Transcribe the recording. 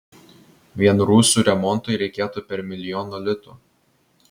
vien rūsių remontui reikėtų per milijono litų